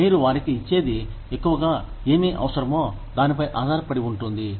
మీరు వారికి ఇచ్చేది ఎక్కువగా ఏమి అవసరమో దానిపై ఆధారపడి ఉంటుంది